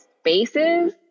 spaces